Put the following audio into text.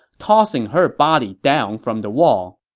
tossing her body down from the wall.